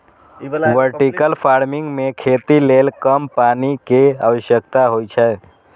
vertical farming मे खेती लेल कम पानि के आवश्यकता होइ छै